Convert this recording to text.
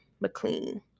McLean